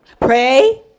Pray